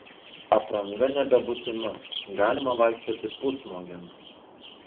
apranga nebebūtina galima vaikščioti pusnuogiams